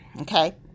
okay